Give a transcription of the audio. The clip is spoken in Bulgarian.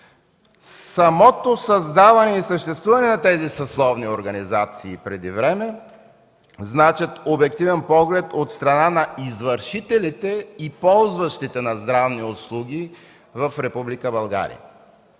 Самото създаване и съществуване на тези съсловни организации преди време значат обективен поглед от страна на извършителите и ползващите на здравни услуги в